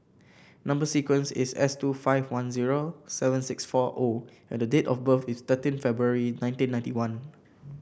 number sequence is S two five one zero seven six four O and the date of birth is thirteen February nineteen ninety one